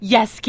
Yes